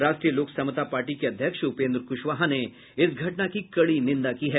राष्ट्रीय लोक समता पार्टी के अध्यक्ष उपेंद्र कूशवाहा ने इस घटना की कड़ी निंदा की है